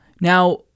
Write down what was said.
Now